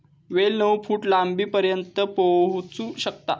वेल नऊ फूट लांबीपर्यंत पोहोचू शकता